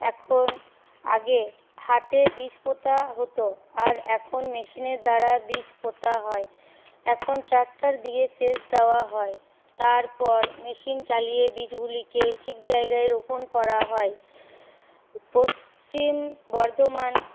এখন আগে হাতে বীজ পোঁতা হতো আর এখন মেশিনের দ্বারা বীচ পোঁতা হয় এখন ট্রাক্টর দিয়ে সেচ দেওয়া হয় তারপর মেশিন চালিয়ে বীজগুলিকে ঠিক জায়গায় রোপণ করা হয় পশ্চিম বর্ধমান